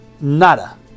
Nada